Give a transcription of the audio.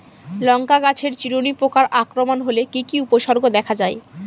লঙ্কা গাছের চিরুনি পোকার আক্রমণ হলে কি কি উপসর্গ দেখা যায়?